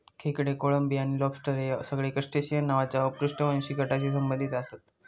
खेकडे, कोळंबी आणि लॉबस्टर हे सगळे क्रस्टेशिअन नावाच्या अपृष्ठवंशी गटाशी संबंधित आसत